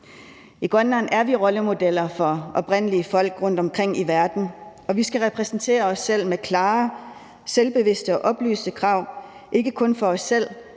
I Grønland er vi rollemodeller for oprindelige folk rundtomkring i verden, og vi skal repræsentere os selv med klare, selvbevidste og oplyste krav, ikke kun for os selv,